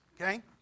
okay